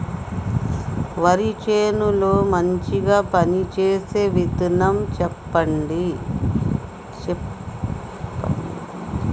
వరి చేను లో మంచిగా పనిచేసే విత్తనం చెప్పండి?